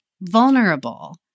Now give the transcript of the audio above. vulnerable